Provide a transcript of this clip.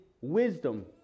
wisdom